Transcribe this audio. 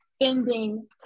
ending